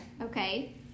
Okay